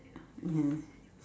ya